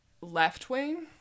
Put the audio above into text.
left-wing